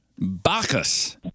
Bacchus